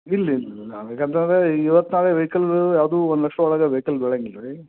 ಇಲ್ಲ ಇಲ್ಲ ರಿ ನಮಗೆ ಅಂತಂದರೆ ಇವತ್ತು ವೈಕಲ್ಲೂ ಯಾವುದೂ ಒಂದು ಲಕ್ಷ ಒಳಗೆ ವೈಕಲ್ ಬೀಳಂಗಿಲ್ಲ ರೀ